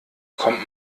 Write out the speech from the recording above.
kommt